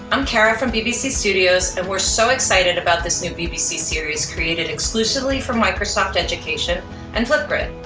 i'm kara from bbc studios and we're so excited about this new bbc series created exclusively for microsoft education and flipgrid.